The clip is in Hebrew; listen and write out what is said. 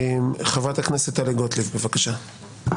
חברת הכנסת טלי גוטליב, בבקשה.